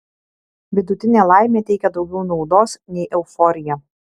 vidutinė laimė teikia daugiau naudos nei euforija